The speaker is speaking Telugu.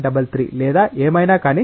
33 లేదా ఏమైనా కానీ సుమారు 0